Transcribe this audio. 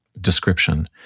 description